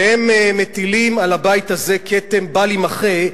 והם מטילים על הבית הזה כתם בל יימחה,